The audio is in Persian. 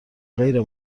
غیر